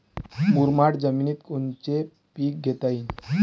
मुरमाड जमिनीत कोनचे पीकं घेता येईन?